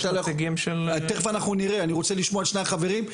אני רוצה לשמוע את שני החברים,